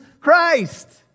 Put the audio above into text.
Christ